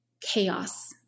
chaos